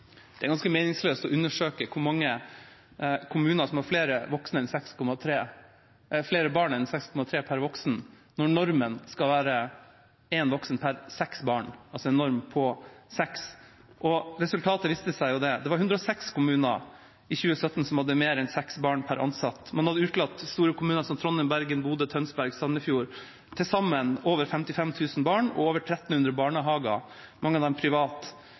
Det er ganske meningsløst å undersøke hvor mange kommuner som har mer enn 6,3 barn per voksen, når normen skal være 1 voksen per 6 barn – altså en norm på 6. Resultatet viste at det var 106 kommuner i 2017 som hadde mer enn 6 barn per ansatt. Men da hadde man utelatt store kommuner som Trondheim, Bergen, Bodø, Tønsberg og Sandefjord, til sammen over 55 000 barn og over 1 300 barnehager, mange av dem